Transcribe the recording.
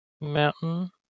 Mountain